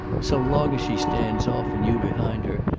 so long as she stands off, and you behind her,